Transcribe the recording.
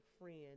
friend